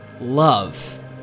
love